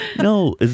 No